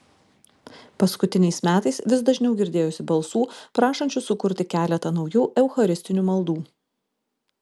paskutiniais metais vis dažniau girdėjosi balsų prašančių sukurti keletą naujų eucharistinių maldų